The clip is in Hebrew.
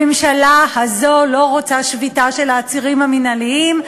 הממשלה הזאת לא רוצה שביתה של העצירים המינהליים,